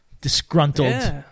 disgruntled